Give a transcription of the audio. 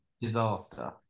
disaster